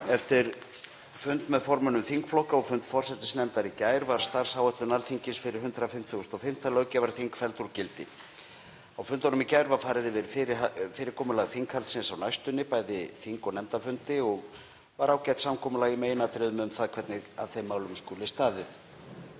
Eftir fund með formönnum þingflokka og fund forsætisnefndar í gær var starfsáætlun Alþingis fyrir 155. löggjafarþing felld úr gildi. Á fundunum í gær var farið yfir fyrirkomulag þinghaldsins á næstunni, bæði þing- og nefndafundi, og var ágætt samkomulag í meginatriðum um það hvernig að þeim málum skuli staðið.